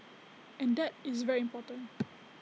and that is very important